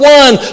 one